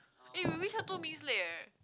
eh you reached here two minutes late eh